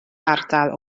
ardal